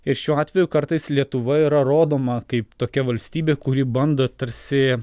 ir šiuo atveju kartais lietuva yra rodoma kaip tokia valstybė kuri bando tarsi